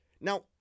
Now